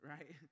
Right